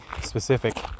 specific